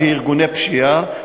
זה ארגוני פשיעה,